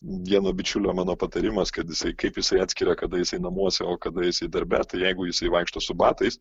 vieno bičiulio mano patarimas kad jisai kaip jisai atskiria kada jisai namuose o kada jisai darbe tai jeigu jisai vaikšto su batais